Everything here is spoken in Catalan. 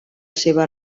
seva